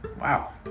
Wow